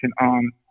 on